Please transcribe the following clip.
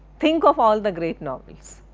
think of all the great novels.